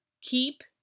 Keep